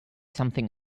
something